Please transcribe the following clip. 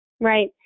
right